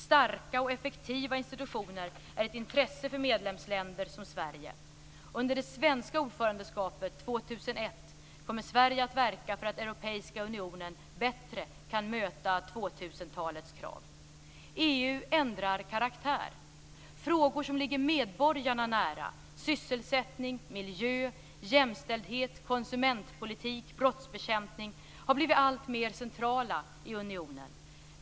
Starka och effektiva institutioner är ett intresse för medlemsländer som Sverige. Under det svenska ordförandeskapet 2001 kommer Sverige att verka för att Europeiska unionen bättre kan möta 2000-talets krav. EU ändrar karaktär. Frågor som ligger medborgarna nära - sysselsättning, miljö, jämställdhet, konsumentpolitik, brottsbekämpning - har blivit alltmer centrala i unionen.